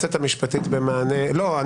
לא.